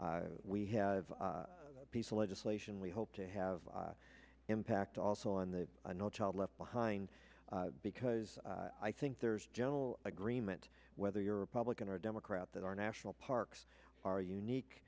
we have a piece of legislation we hope to have impact also on the no child left behind because i think there's general agreement whether you're republican or democrat that our national parks are unique